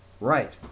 Right